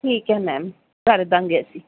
ਠੀਕ ਹੈ ਮੈਮ ਕਰ ਦਾਂਗੇ ਅਸੀਂ